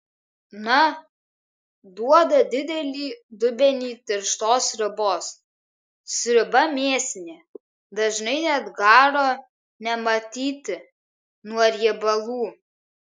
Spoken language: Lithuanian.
na duoda didelį dubenį tirštos sriubos sriuba mėsinė dažnai net garo nematyti nuo riebalų